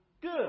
good